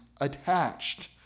attached